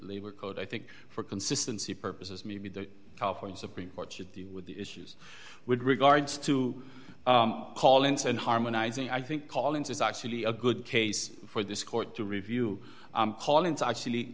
labor code i think for consistency purposes maybe the california supreme court should deal with the issues with regards to call ins and harmonizing i think collins is actually a good case for this court to review all it's actually